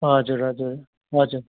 हजुर हजुर हजुर